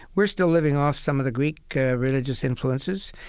we're still living off some of the greek religious influences.